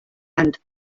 and